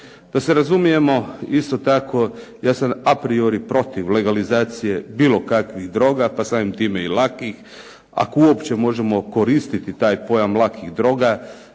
Da se razumijemo isto tako, ja sam apriori protiv legalizacije bilo kakvih droga, pa samim tim i lakih, ako uopće možemo koristiti pojam lakih droga.